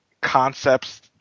concepts